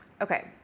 Okay